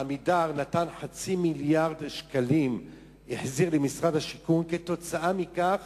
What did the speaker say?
"עמידר" החזירה חצי מיליארד שקלים למשרד השיכון כתוצאה מכך